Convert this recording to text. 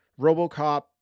RoboCop